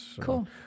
Cool